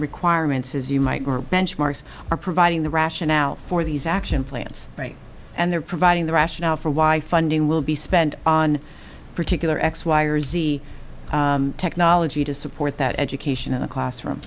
requirements as you might benchmarks are providing the rationale for these action plans and they're providing the rationale for why funding will be spent on particular x y or z technology to support that education in a classroom